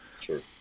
Sure